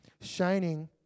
shining